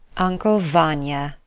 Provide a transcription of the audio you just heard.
uncle vanya,